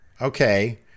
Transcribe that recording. Okay